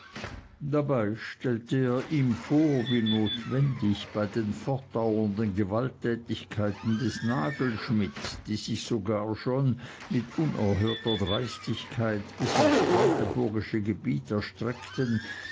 dabei stellte er ihm vor wie notwendig bei den fortdauernden gewalttätigkeiten des nagelschmidt die sich sogar schon mit unerhörter dreistigkeit bis aufs brandenburgische gebiet erstreckten